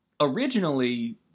originally